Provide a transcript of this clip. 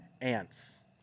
ants